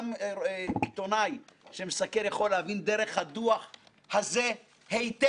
לגבי ועדת חקירה אומר שהייתה התלבטות גדולה מאוד בתוכנו,